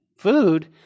Food